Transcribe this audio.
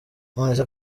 nonese